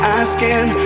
asking